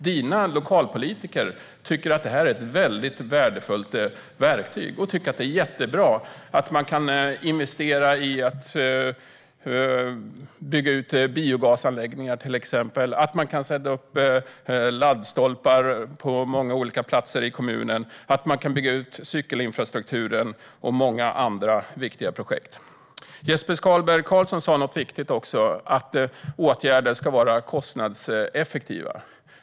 Dina lokalpolitiker tycker att det här är ett väldigt värdefullt verktyg och att det är jättebra att till exempel kunna investera i biogasanläggningar, sätta upp laddstolpar på många olika platser i kommunen, bygga ut cykelinfrastrukturen och göra många andra viktiga projekt. Jesper Skalberg Karlsson sa en viktig sak, nämligen att åtgärder ska vara kostnadseffektiva.